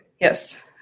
yes